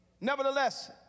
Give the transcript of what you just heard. Nevertheless